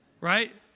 Right